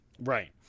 Right